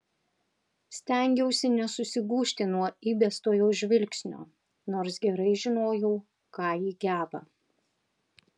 stengiausi nesusigūžti nuo įbesto jos žvilgsnio nors gerai žinojau ką ji geba